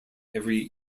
every